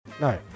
No